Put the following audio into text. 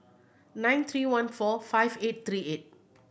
nine three one four five eight three eight